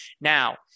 Now